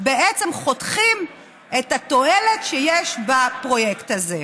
בעצם חותכת את התועלת שיש בפרויקט הזה.